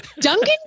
Duncan